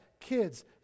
kids